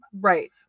Right